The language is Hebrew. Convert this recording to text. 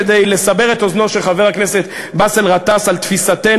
כדי לסבר את אוזנו של חבר הכנסת באסל גטאס על תפיסתנו